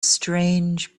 strange